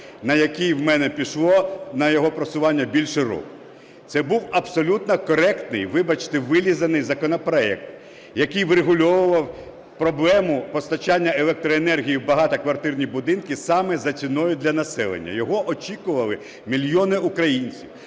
на який в мене пішло на його просування більше року. Це був абсолютно коректний, вибачте, вилизаний законопроект, який врегульовував проблему постачання електроенергії в багатоквартирні будинки саме за ціною для населення. Його очікували мільйони українців,